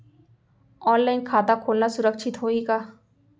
Online खाता खोलना सुरक्षित होही का?